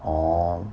orh